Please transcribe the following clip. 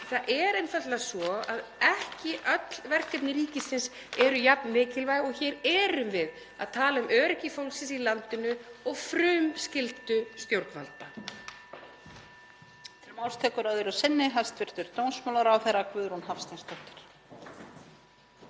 Það er einfaldlega svo að ekki öll verkefni ríkisins eru jafn mikilvæg og hér erum við að tala um öryggi fólksins í landinu og frumskyldu stjórnvalda.